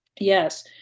Yes